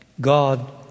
God